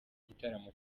gitaramo